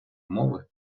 мови